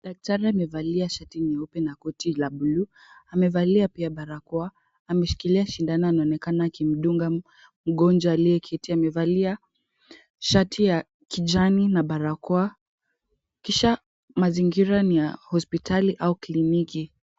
Daktari amevalia shati nyeupe na koti la bluu. Amevalia pia barakoa ameshikilia sindano anaonekana akimdunga mgonjwa aliyeketi .Amevalia shati ya kijani na barakoa kisha mazingira ni ya hospitali au kliniki.